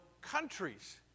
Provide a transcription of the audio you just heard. countries